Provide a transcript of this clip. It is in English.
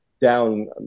down